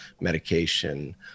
Medication